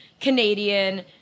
Canadian